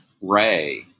Ray